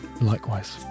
likewise